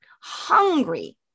hungry